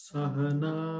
Sahana